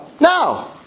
No